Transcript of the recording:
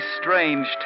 strange